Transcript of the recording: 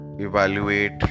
Evaluate